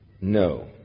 No